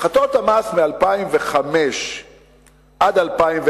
הפחתות המס מ-2005 עד 2010,